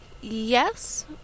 Yes